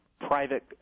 private